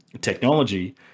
technology